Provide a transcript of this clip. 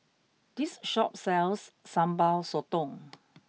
this shop sells sambal sotong